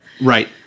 right